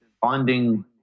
finding